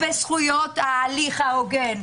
בזכויות ההליך ההוגן,